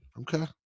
Okay